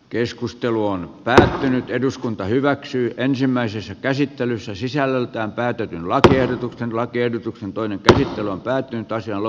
keskustelu on väsähtänyt eduskunta hyväksyy ensimmäisessä käsittelyssä sisällöltään päätettiin laatia lakiehdotuksen toinen käsittely on perusteltu